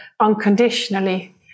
unconditionally